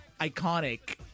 iconic